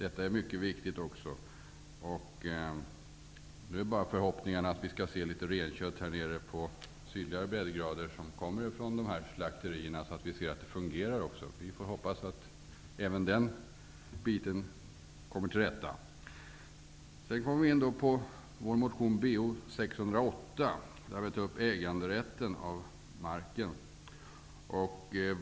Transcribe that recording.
Nu är det min förhoppning att vi på sydligare breddgrader skall få tillgång till renkött från de mobila slakterierna, så att vi ser att de fungerar. Sedan kommer jag till motion Bo608, där jag tar upp äganderätten till marken.